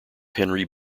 henry